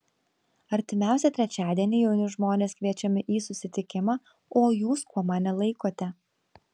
artimiausią trečiadienį jauni žmonės kviečiami į susitikimą o jūs kuo mane laikote